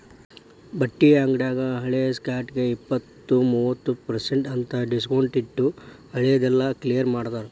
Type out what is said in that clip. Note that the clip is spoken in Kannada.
ಬಟ್ಟಿ ಅಂಗ್ಡ್ಯಾಗ ಹಳೆ ಸ್ಟಾಕ್ಗೆ ಇಪ್ಪತ್ತು ಮೂವತ್ ಪರ್ಸೆನ್ಟ್ ಅಂತ್ ಡಿಸ್ಕೊಂಟ್ಟಿಟ್ಟು ಹಳೆ ದೆಲ್ಲಾ ಕ್ಲಿಯರ್ ಮಾಡ್ತಾರ